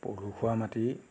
পলসুৱা মাটি